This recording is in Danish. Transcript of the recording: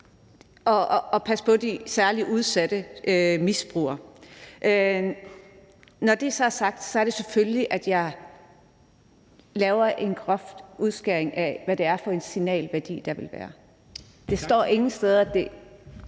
at passe på de særlig udsatte misbrugere. Når det så er sagt, er det selvfølgelig sådan, at jeg laver en grov udlægning af, hvad det er for en signalværdi, der vil være. Det står ingen steder ...